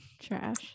trash